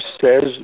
says